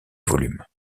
volume